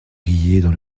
brillaient